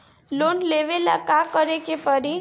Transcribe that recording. Loan लेबे ला का करे के पड़ी?